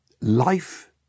life